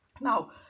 now